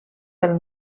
pel